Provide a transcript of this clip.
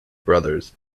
brothers